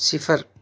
صفر